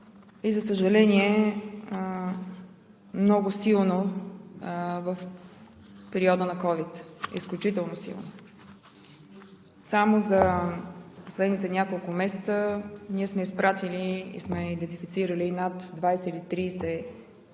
за съжаление, много силно в периода на COVID-19. Изключително силно! Само за последните няколко месеца ние сме изпратили и сме идентифицирали над 20 или 30